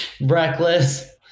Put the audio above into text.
reckless